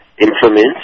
implements